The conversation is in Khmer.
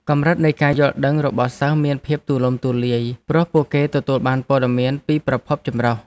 កម្រិតនៃការយល់ដឹងរបស់សិស្សមានភាពទូលំទូលាយព្រោះពួកគេទទួលបានព័ត៌មានពីប្រភពចម្រុះ។